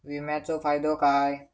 विमाचो फायदो काय?